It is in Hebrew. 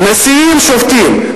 נשיאים שובתים,